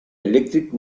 electric